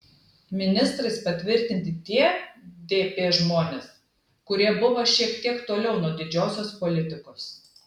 ministrais patvirtinti tie dp žmonės kurie buvo šiek tiek toliau nuo didžiosios politikos